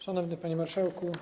Szanowny Panie Marszałku!